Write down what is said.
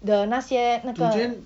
the 那些那个